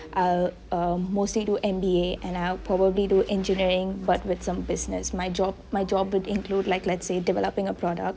I'll err mostly do M_B_A and I probably do engineering but with some business my job my job will include like let's say developing a product